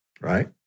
right